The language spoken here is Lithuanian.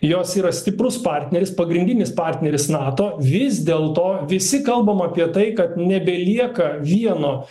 jos yra stiprus partneris pagrindinis partneris nato vis dėlto visi kalbam apie tai kad nebelieka vieno